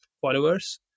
followers